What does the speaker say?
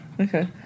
Okay